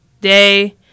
day